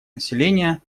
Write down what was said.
населения